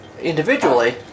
individually